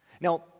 Now